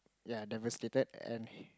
ya devastated and